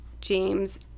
James